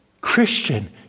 Christian